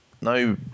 no